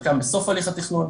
חלקם בסוף הליך התכנון,